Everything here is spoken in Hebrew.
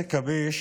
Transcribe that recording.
עסק הביש